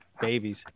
babies